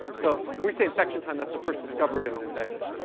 so when we say infection time, that's a first discovery of an infection.